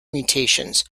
mutations